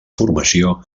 formació